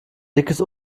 dickes